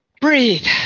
breathe